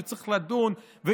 שצריך לדון בהם,